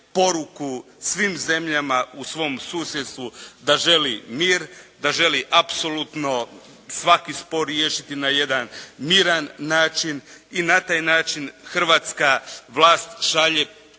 svim zemljama u svom susjedstvu da želi mir, da želi apsolutno svaki spor riješiti na jedan miran način i na taj način hrvatska vlast šalje poruku